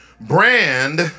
Brand